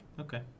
Okay